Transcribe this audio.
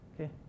okay